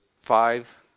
five